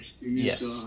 Yes